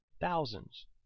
thousands